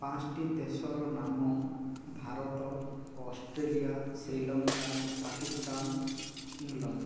ପାଞ୍ଚ୍ଟି ଦେଶର ନାମ ଭାରତ ଅଷ୍ଟ୍ରେଲିଆ ଶ୍ରୀଲଙ୍କା ପାକିସ୍ତାନ ଇଂଲଣ୍ଡ